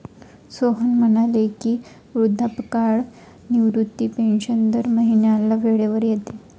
सोहन म्हणाले की, वृद्धापकाळ निवृत्ती पेन्शन दर महिन्याला वेळेवर येते